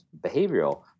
behavioral